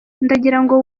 ndagirango